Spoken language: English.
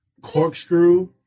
corkscrew